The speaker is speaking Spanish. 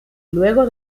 luego